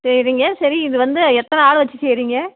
சரிங்க சரி இது வந்து எத்தனை ஆளை வச்சு செய்யறீங்க